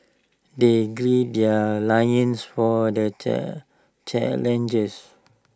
they glim their for the turn challengers